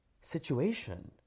situation